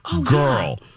girl